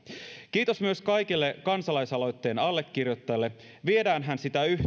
kiitos myös kaikille kansalaisaloitteen allekirjoittajille viedäänhän sitä